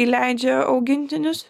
įleidžia augintinius